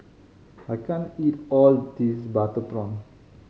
I can't eat all of this butter prawn